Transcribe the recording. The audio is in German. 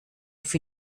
für